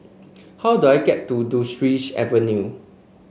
how do I get to Duchess Avenue